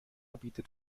bietet